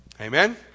Amen